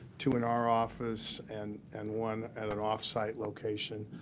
two in our office and and one at an off site location.